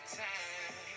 time